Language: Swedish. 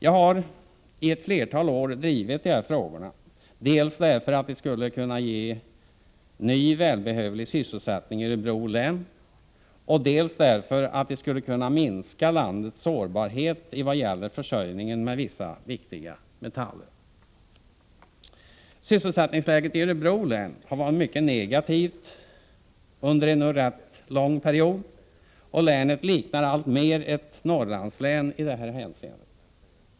Jag har i ett flertal år drivit de här frågorna dels därför att de skulle kunna ge ny, välbehövlig sysselsättning i Örebro län, dels därför att de skulle kunna minska landets sårbarhet i vad gäller försörjningen med vissa viktiga metaller. Sysselsättningsläget i Örebro län har varit mycket negativt under en nu rätt lång period, och länet liknar alltmer ett Norrlandslän i detta hänseende.